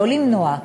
לא למנוע,